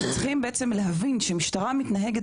אנחנו צריכים בעצם להבין שמשטרה מתנהגת